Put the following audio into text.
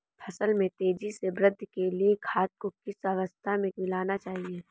फसल में तेज़ी से वृद्धि के लिए खाद को किस अवस्था में मिलाना चाहिए?